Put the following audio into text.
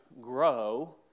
grow